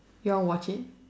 you want watch it